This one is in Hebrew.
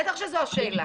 בטח שזו השאלה.